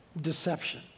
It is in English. deception